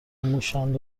موشاند